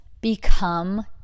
become